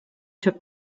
took